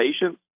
patients